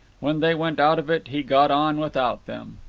when they went out of it, he got on without them.